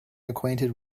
acquainted